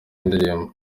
ndirimbo